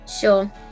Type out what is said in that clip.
Sure